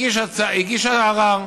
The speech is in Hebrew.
הגיש ערר.